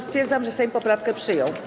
Stwierdzam, że Sejm poprawkę przyjął.